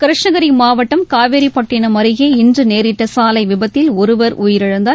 கிருஷ்ணகிரி மாவட்டம் காவேரிப்பட்டிணம் அருகே இன்று நேரிட்ட சாலை விபத்தில் ஒருவர் உயிரிழந்தார்